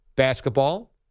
Basketball